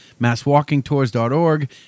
masswalkingtours.org